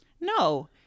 No